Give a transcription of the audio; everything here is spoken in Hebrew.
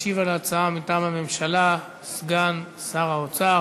ישיב על ההצעה, מטעם הממשלה, סגן שר האוצר.